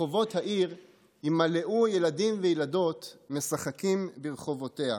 ורחבות העיר ימלאו ילדים וילדות משחקים ברחֹבֹתיה",